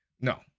No